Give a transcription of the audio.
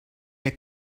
der